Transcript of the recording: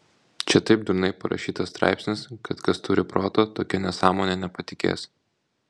čia taip durnai parašytas straipsnis kad kas turi proto tokia nesąmone nepatikės